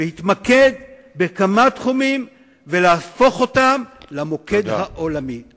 להתמקד בכמה תחומים ולהפוך למוקד העולמי בהם.